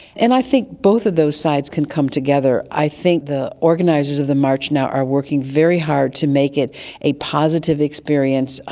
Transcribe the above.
and i think both of those sides can come together. i think the organisers of the march now are working very hard to make it a positive experience.